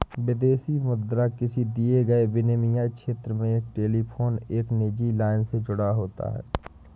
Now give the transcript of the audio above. विदेशी मुद्रा किसी दिए गए विनिमय क्षेत्र में एक टेलीफोन एक निजी लाइन से जुड़ा होता है